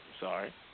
Sorry